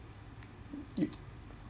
you